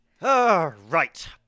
right